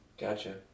Gotcha